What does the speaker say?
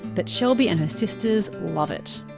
but shelby and her sisters love it.